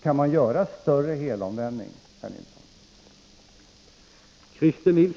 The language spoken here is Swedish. Kan man göra större helomvändning, Christer Nilsson?